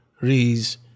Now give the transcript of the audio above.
Reese